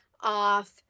off